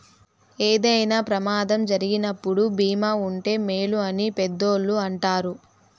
ఏదైనా ప్రమాదం జరిగినప్పుడు భీమా ఉంటే మేలు అని పెద్దోళ్ళు అంటారు